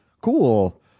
cool